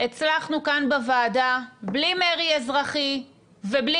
הצלחנו כאן בוועדה בלי מרי אזרחי ובלי